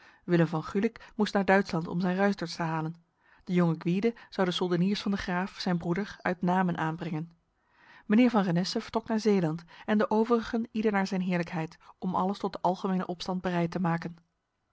willem van gulik moest naar duitsland om zijn ruiters te halen de jonge gwyde zou de soldeniers van de graaf zijn broeder uit namen aanbrengen mijnheer van renesse vertrok naar zeeland en de overigen ieder naar zijn heerlijkheid om alles tot de algemene opstand bereid te maken